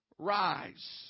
Rise